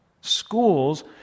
schools